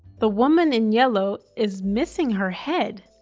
the woman in yellow is missing her head,